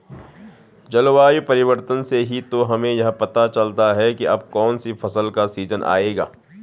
जलवायु परिवर्तन से ही तो हमें यह पता चलता है की अब कौन सी फसल का सीजन आयेगा